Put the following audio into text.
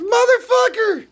Motherfucker